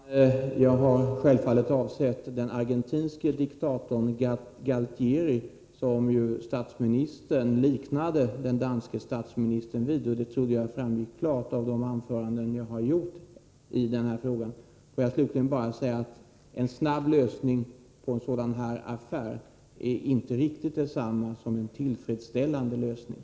Fru talman! Jag har självfallet avsett den argentinske diktatorn Galtieri som ju den svenske statsministern liknade den danske statsministern vid. Det trodde jag framgick klart av de anföranden jag har hållit i den här frågan. Låt mig slutligen bara säga att en snabb lösning av en sådan här affär inte är riktigt detsamma som en tillfredsställande lösning.